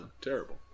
terrible